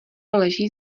leží